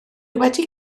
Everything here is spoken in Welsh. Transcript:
wedi